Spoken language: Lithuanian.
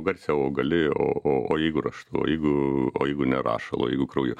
garsiau o gali o o o jeigu raštu o jeigu o jeigu ne rašalu o jeigu krauju